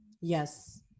Yes